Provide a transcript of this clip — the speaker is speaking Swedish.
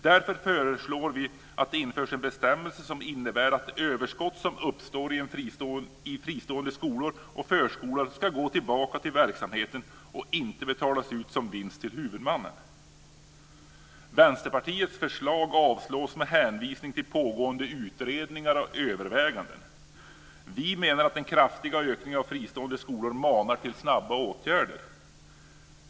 Därför föreslår vi att det införs en bestämmelse som innebär att det överskott som uppstår i fristående skolor och förskolor ska gå tillbaka till verksamheten och inte betalas ut som vinst till huvudmannen. Vänsterpartiets förslag avstyrks med hänvisning till pågående utredningar och överväganden. Vi menar att den kraftiga ökningen av fristående skolor manar till snabba åtgärder.